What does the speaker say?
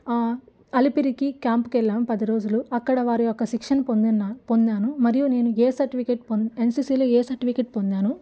అలిపిరికి క్యాంప్కి వెళ్ళాం పది రోజులు అక్కడ వారి యొక్క శిక్షణ పొంది ఉన్న పొందాను మరియు నేను ఏ సర్టిఫికెట్స్ పొం ఎన్సిసిలో ఏ సర్టిఫికెట్స్ పొందాను